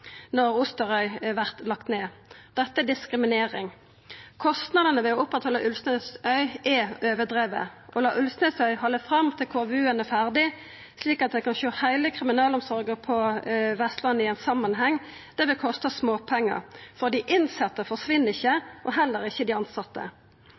når Osterøy vert lagd ned. Dette er diskriminering. Kostnadene ved å halda oppe Ulvsnesøy er overdrivne. Å la Ulvsnesøy halda fram til KVU-en er ferdig, slik at vi kan sjå heile kriminalomsorga på Vestlandet i ein samanheng, vil kosta småpengar. Dei innsette forsvinn ikkje,